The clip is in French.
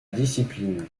discipline